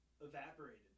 evaporated